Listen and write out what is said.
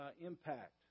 impact